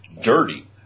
dirty